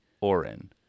Orin